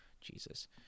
Jesus